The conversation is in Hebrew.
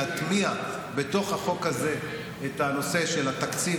להטמיע בתוך החוק הזה את הנושא של התקציב